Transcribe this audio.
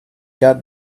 got